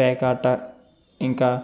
పేకాట ఇంకా